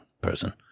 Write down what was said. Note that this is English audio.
person